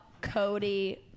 Cody